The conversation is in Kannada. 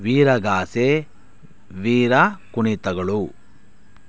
ವೀರಗಾಸೆ ವೀರ ಕುಣಿತಗಳು